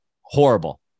horrible